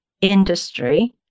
industry